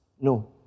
No